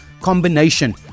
combination